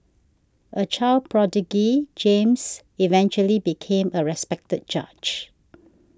a child prodigy James eventually became a respected judge